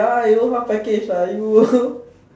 ya you don't half package lah you